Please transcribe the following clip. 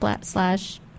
slash